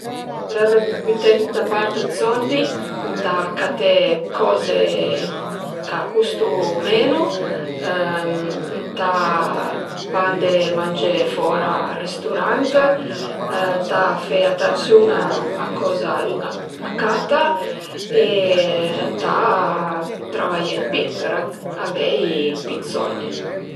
Për büté da part 'd soldi ëntà caté coze ch'a custu menu ëntà pa andé mangé fora al risturant, ëntà fe atansiun a coza ün a cata e ëntà travié pi për avei pi 'd soldi